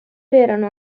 erano